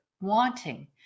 wanting